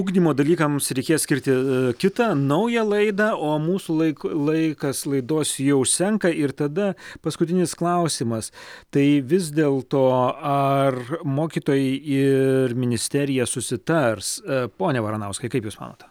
ugdymo dalykams reikės skirti kitą naują laidą o mūsų laiku laikas laidos jau senka ir tada paskutinis klausimas tai vis dėl to ar mokytojai ir ministerija susitars pone varanauskai kaip jūs manot